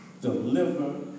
deliver